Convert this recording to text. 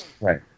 Right